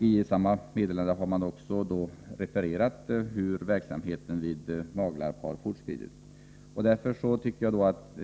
I samma meddelande har också refererats hur verksamheten vid Maglarp har fortskridit.